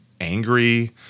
angry